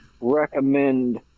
recommend